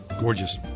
Gorgeous